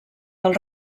del